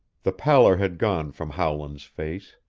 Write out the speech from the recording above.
the pallor had gone from howland's face.